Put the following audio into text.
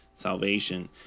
salvation